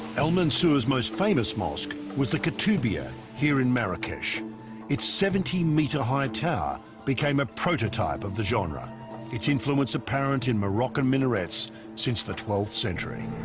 al-mansour's most famous mosque was the kutubiyya here in marrakech it's seventy meter high tower became a prototype of the genre its influence apparent in moroccan minarets since the twelfth century